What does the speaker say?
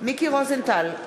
מיקי רוזנטל,